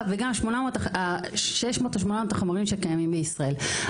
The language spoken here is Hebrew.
וגם 600 או 800 החומרים שקיימים בישראל.